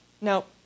Nope